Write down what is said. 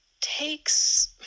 takes